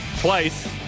Twice